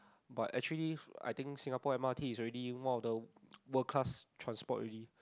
but actually I think Singapore m_r_t is already one of the world class transport already